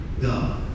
God